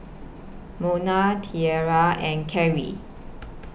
Mona Tiara and Kerry